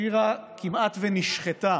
שירה כמעט נשחטה